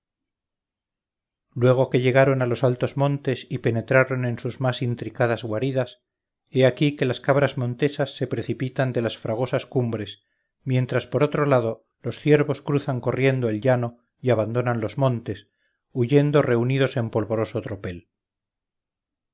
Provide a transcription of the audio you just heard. luego que llegaron a los altos montes y penetraron en sus más intrincadas guaridas he aquí que las cabras monteses se precipitan de las fragosas cumbres mientras por otro lado los ciervos cruzan corriendo el llano y abandonan los montes huyendo reunidos en polvoroso tropel